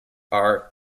are